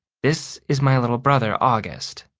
this is my little brother, august,